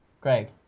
Greg